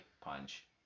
punch